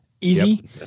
easy